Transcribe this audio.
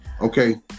Okay